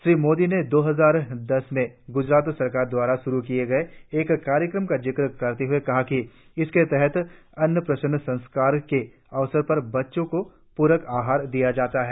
श्री मोदी ने दो हजार दस में गुजरात सरकार द्वारा शुरु किए गये एक कार्यक्रम का जिक्र करते हुए कहा कि इसके तहत अन्न प्राशन संस्कार के अवसर पर बच्चों को पूरक आहार दिया जाता है